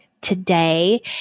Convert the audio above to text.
today